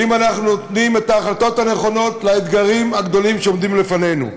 והאם אנחנו נותנים את ההחלטות הנכונות לאתגרים הגדולים שעומדים לפנינו?